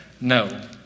No